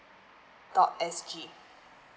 dot S G